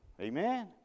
Amen